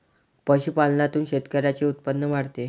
पशुपालनातून शेतकऱ्यांचे उत्पन्न वाढते